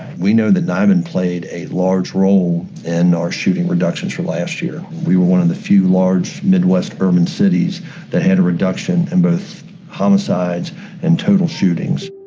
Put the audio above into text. we know that nibin played a large role in our shooting reductions for last year. we were one of the few large midwest urban cities that had a reduction in both homicides and total shootings.